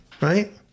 right